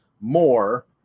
more